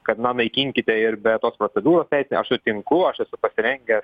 kad na naikinkite ir be tos procedūros teisinės aš sutinku aš esu pasirengęs